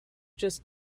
just